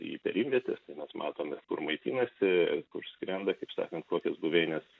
į perimvietes tai mes matom ir kur maitinasi ir kur skrenda kaip sakant kokias buveines